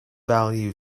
value